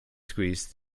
squeezed